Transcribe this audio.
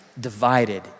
divided